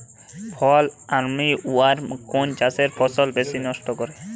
ফল armyworm কোন চাষের ফসল বেশি নষ্ট করে?